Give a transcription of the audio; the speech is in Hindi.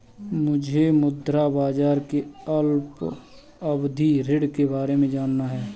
मुझे मुद्रा बाजार के अल्पावधि ऋण के बारे में जानना है